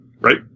right